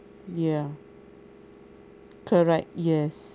ya correct yes